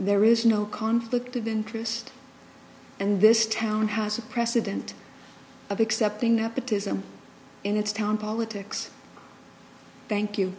there is no conflict of interest and this town has a precedent of accepting nepotism in its town politics thank you